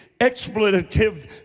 expletive